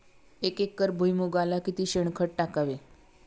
एक एकर भुईमुगाला किती शेणखत टाकावे?